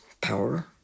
power